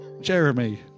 Jeremy